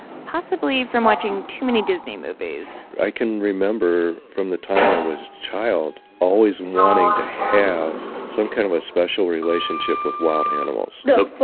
possibly from watching too many disney movies. i can remember, from the time i was child, always wanting to have some kind of a special relationship with wild animals look for the